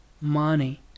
money